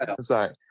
sorry